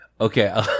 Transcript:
Okay